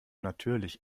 natürlich